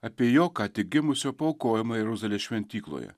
apie jo ką tik gimusio paaukojimą jeruzalės šventykloje